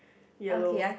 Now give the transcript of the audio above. yellow